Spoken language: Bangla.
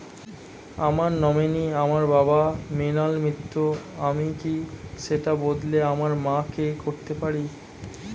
আমার নমিনি আমার বাবা, মৃণাল মিত্র, আমি কি সেটা বদলে আমার মা কে করতে পারি?